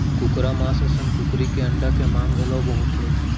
कुकरा मांस असन कुकरी के अंडा के मांग घलौ बहुत हे